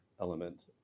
element